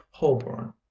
holborn